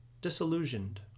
disillusioned